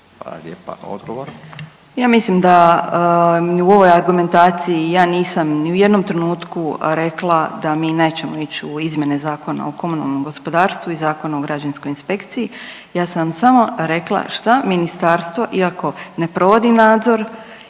**Magaš, Dunja** Ja mislim da u ovoj argumentaciji ja nisam ni u jednom trenutku rekla da mi nećemo ić u izmjene Zakona o komunalnom gospodarstvu i Zakona o građevinskoj inspekciji, ja sam samo rekla šta ministarstvo iako ne provodi nadzor